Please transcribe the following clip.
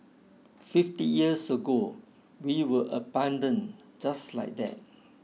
fifty years ago we were abandoned just like that